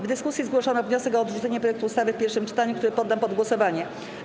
W dyskusji zgłoszono wniosek o odrzucenie projektu ustawy w pierwszym czytaniu, który poddam pod głosowanie.